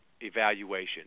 evaluation